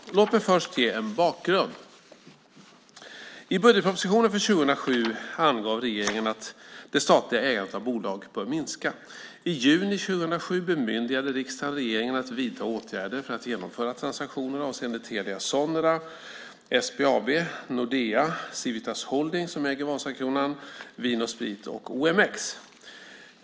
Låt mig först ge en bakgrund. I budgetpropositionen för 2007 angav regeringen att det statliga ägandet av bolag bör minska. I juni 2007 bemyndigade riksdagen regeringen att vidta åtgärder för att genomföra transaktioner avseende Telia Sonera, SBAB, Nordea, Civitas Holding som äger Vasakronan, Vin & Sprit och OMX.